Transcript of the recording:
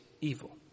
evil